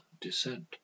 descent